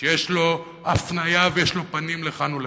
שיש לו הפניה, ויש לו פנים לכאן ולכאן.